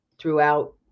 throughout